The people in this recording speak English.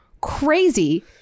crazy